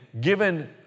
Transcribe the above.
given